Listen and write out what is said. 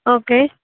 okay